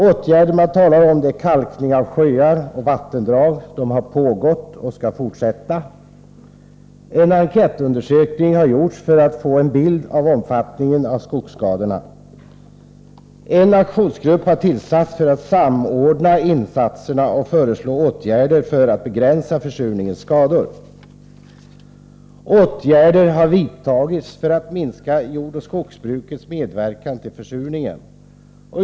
Åtgärder man talar om är kalkning av sjöar och vattendrag, som har pågått och skall fortsätta. En enkätundersökning har gjorts för att få en bild av omfattningen av skogsskadorna. En aktionsgrupp har tillsatts för att samordna insatserna och föreslå åtgärder för att begränsa försurningens skador. Åtgärder har vidtagits för att minska jordoch skogsbrukets medverkan till försurningen.